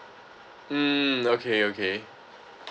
mm okay okay